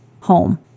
home